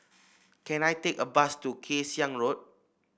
can I take a bus to Kay Siang Road